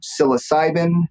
psilocybin